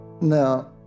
Now